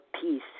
peace